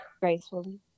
gracefully